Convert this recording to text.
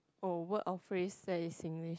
a word or phrase that is Singlish